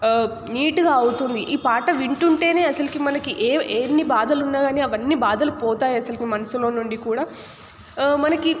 నీటుగా అవుతుంది ఈ పాట వింటుంటేనే అసలుకి మనకి ఏ ఎన్ని బాధలు ఉన్నా కానీ అవన్నీ బాధలు పోతాయి అసలుకి మనసులో నుండి కూడా మనకి